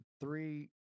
three